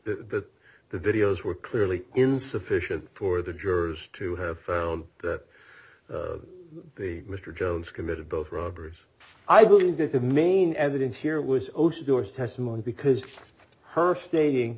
that the videos were clearly insufficient for the jurors to have found that the mr jones committed both robbers i believe that the main evidence here was also ready your testimony because her stating